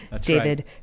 David